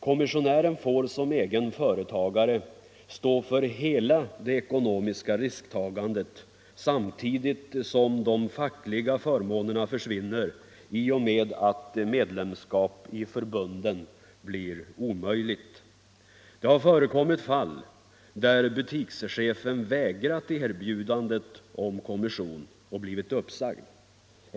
Kommissionären får som egen företagare 95 stå för hela det ekonomiska risktagandet samtidigt som de fackliga förmånerna försvinner i och med att medlemskap i förbunden blir omöjligt. Det har förekommit fall där butikschefen vägrat erbjudandet om kommission och blivit uppsagd.